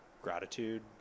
gratitude